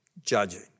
judging